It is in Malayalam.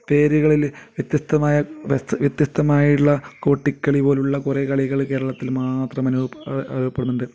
പേരുകളിൽ വ്യത്യസ്തമായ വ്യത്യസ്തമായുള്ള കോട്ടിക്കളി പോലുള്ള കുറേ കളികൾ കേരളത്തിൽ മാത്രം അനുഭവ പ്പെടുന്നുണ്ട്